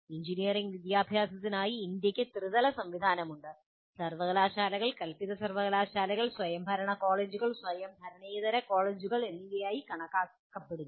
engineering വിദ്യാഭ്യാസത്തിനായി ഇന്ത്യയ്ക്ക് ത്രിതല സംവിധാനമുണ്ട് സർവ്വകലാശാലകൾ കൽപിത സർവ്വകലാശാലകൾ സ്വയംഭരണ കോളേജുകൾ സ്വയംഭരണേതര കോളേജുകൾ എന്നിവയായി കണക്കാക്കപ്പെടുന്നു